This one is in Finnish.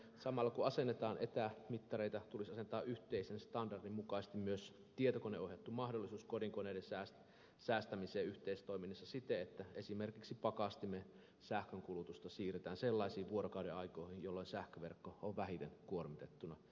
samalla kun asennetaan etälukumittareita tulisi asentaa yhteisen standardin mukaisesti myös tietokoneohjattu mahdollisuus kodinkoneiden säästämiseen yhteistoiminnassa siten että esimerkiksi pakastimen sähkönkulutusta siirretään sellaisiin vuorokaudenaikoihin jolloin sähköverkko on vähiten kuormitettuna